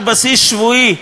על בסיס שבועי,